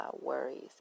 worries